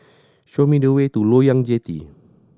show me the way to Loyang Jetty